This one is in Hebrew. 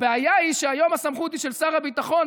הבעיה היא שהסמכות היום היא של שר הביטחון,